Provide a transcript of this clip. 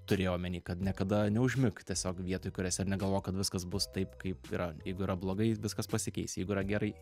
turėjau omenį kad niekada neužmigt tiesiog vietoj kur esi negalvok kad viskas bus taip kaip yra jeigu yra blogai viskas pasikeis jeigu yra gerai